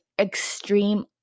extreme